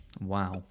wow